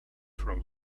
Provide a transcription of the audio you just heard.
from